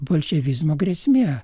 bolševizmo grėsmė